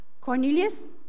Cornelius